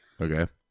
okay